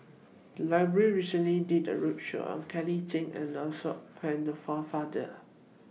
The Library recently did A roadshow on Kelly Tang and Lancelot Maurice Pennefather